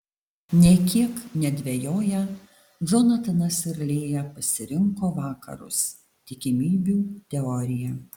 nė kiek nedvejoję džonatanas ir lėja pasirinko vakarus tikimybių teoriją